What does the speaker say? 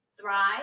thrive